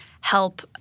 help